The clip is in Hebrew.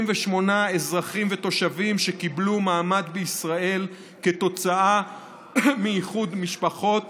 אזרחים ותושבים שקיבלו מעמד בישראל כתוצאה מאיחוד משפחות